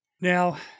Now